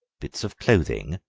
bits of clothing,